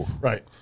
Right